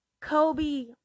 Kobe